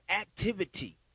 activity